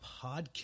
podcast